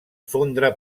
fondre